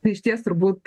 tai išties turbūt